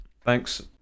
Thanks